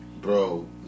bro